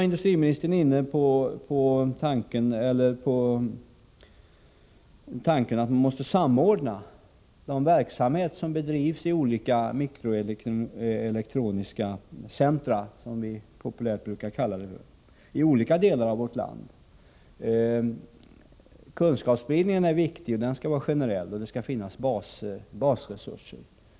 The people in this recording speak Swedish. Industriministern var inne på tanken på en samordning av de verksamheter som bedrivs vid mikroelektroniska centra i olika delar av vårt land. Kunskapsspridningen är viktig, och den skall vara generell, och det skall finnas basresurser.